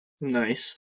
Nice